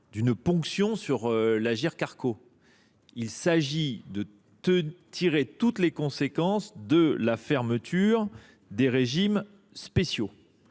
d’une ponction sur l’Agirc Arrco. Rétropédalage ! Il s’agit de tirer toutes les conséquences de la fermeture des régimes spéciaux.